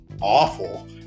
awful